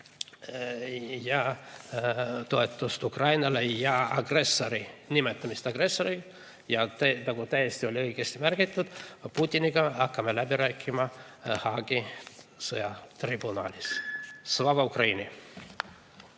ja toetust Ukrainale ja agressori nimetamist agressoriks. Ja nagu täiesti õigesti oli märgitud, Putiniga hakkame läbi rääkima Haagi sõjatribunalis. Slava Ukraini!